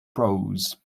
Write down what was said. prose